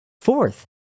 Fourth